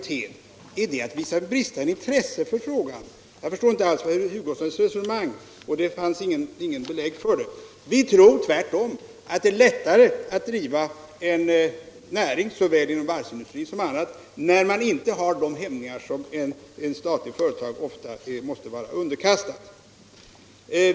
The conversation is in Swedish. Men är det att visa brist på intresse för frågan? Jag förstår inte alls herr Hugossons resonemang, som han inte ger något belägg för. Vi tror tvärtom att det är lättare att driva en näring, såväl inom varvsindustrin som på annat håll, när man inte har de hämningar som statliga företag ofta måste vara underkastade.